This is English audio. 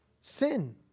Sin